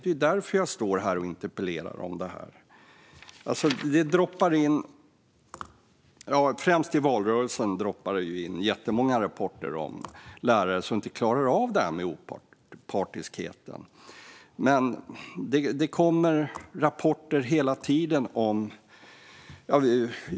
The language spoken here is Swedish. Det är därför jag står här och för en interpellationsdebatt om detta. Det droppar in jättemånga rapporter om lärare som inte klarar av det här med opartiskheten. Det sker främst i valrörelsen, men det kommer rapporter hela tiden.